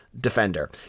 Defender